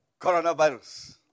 coronavirus